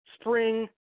spring